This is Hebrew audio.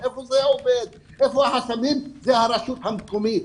היכן זה עובד והיכן החסמים זאת הרשות המקומית.